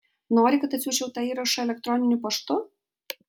nori kad atsiųsčiau tą įrašą elektroniniu paštu